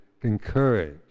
encourage